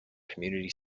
community